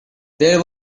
there